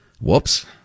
Whoops